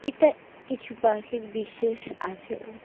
এটা কিছু পাখির বিশেষ আচরণ